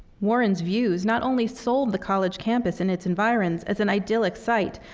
warren's views not only sold the college campus and its environs as an idyllic site,